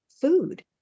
food